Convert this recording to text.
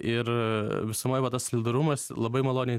ir visumoj va tas solidarumas labai maloniai